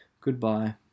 Goodbye